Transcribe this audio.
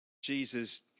Jesus